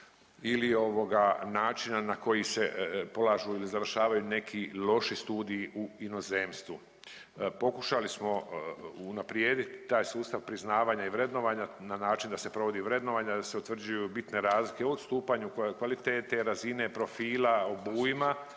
ili ovoga načina na koji se polažu ili završavaju neki loši studiji u inozemstvu. Pokušali smo unaprijediti taj sustav priznavanja i vrednovanja na način da se provodi vrednovanje, a da se utvrđuju bitne razlike u odstupanju kvalitete, razine, profila, obujma